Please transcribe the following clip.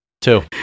Two